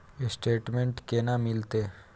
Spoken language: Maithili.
स्टेटमेंट केना मिलते?